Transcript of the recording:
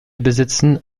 besitzen